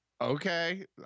okay